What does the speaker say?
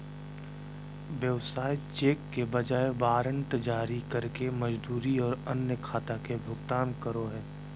व्यवसाय चेक के बजाय वारंट जारी करके मजदूरी और अन्य खाता के भुगतान करो हइ